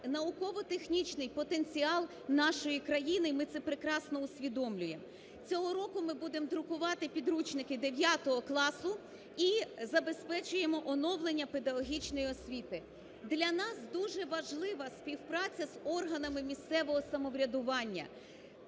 науково-технічний потенціал нашої країни, і ми це прекрасно усвідомлюємо. Цього року ми будемо друкувати підручники 9-го класу і забезпечуємо оновлення педагогічної освіти. Для нас дуже важлива співпраця з органами місцевого самоврядування,